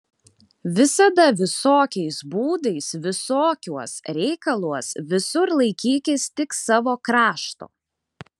visada visokiais būdais visokiuos reikaluos visur laikykis tik savo krašto